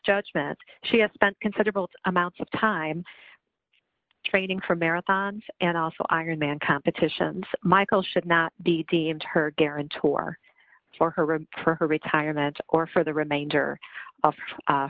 judgement she has spent a considerable amount of time training for marathons and also iron man competitions michael should not be deemed her guarantor for her for her retirement or for the remainder of